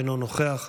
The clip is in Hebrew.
אינו נוכח.